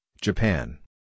Japan